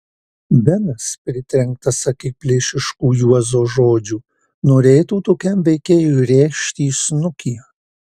benas pritrenktas akiplėšiškų juozo žodžių norėtų tokiam veikėjui rėžti į snukį